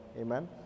Amen